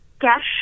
cash